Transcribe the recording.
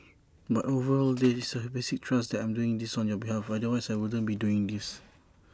but overall there is that basic trust that I'm doing this on your behalf otherwise I wouldn't be doing this